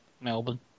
Melbourne